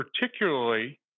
particularly